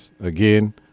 again